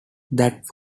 that